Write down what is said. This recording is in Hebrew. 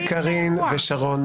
ארז וגלעד וקארין ושרון,